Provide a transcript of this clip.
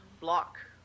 block